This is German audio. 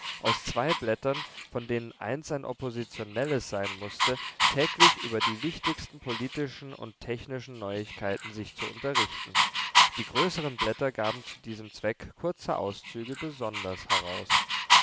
aus zwei blättern von denen eines ein oppositionelles sein mußte täglich über die wichtigsten politischen und technischen neuigkeiten sich zu unterrichten die größeren blätter gaben zu diesem zweck kurze auszüge besonders heraus